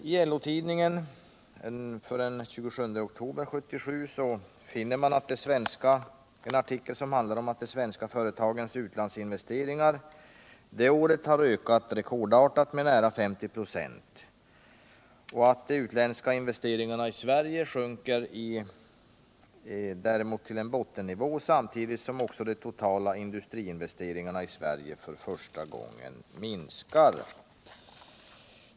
I LO-tidningen för den 27 oktober 1977 finner man en artikel som handlar om att de svenska företagens utlandsinvesteringar det året har ökat rekordartat med nära 50 "5, medan de utländska investeringarna i Sverige däremot sjunker till en bottennivå samtidigt som de totala industriinvesteringarna i Sverige för första gången minskar.